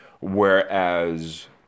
Whereas